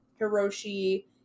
Hiroshi